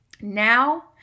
now